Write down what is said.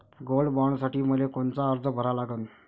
Gold बॉण्डसाठी मले कोनचा अर्ज भरा लागन?